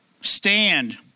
stand